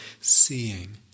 seeing